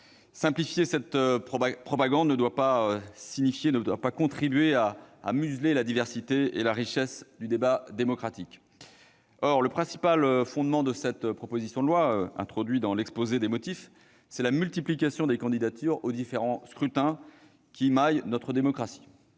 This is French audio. Simplifier cette propagande ne doit pas contribuer à museler la diversité et la richesse du débat démocratique. Or le principal fondement de cette proposition de loi, introduit dans l'exposé des motifs, est la multiplication des candidatures aux différents scrutins qui maillent notre démocratie.